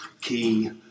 key